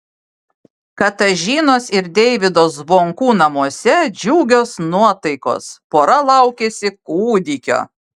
katažinos ir deivydo zvonkų namuose džiugios nuotaikos pora laukiasi kūdikio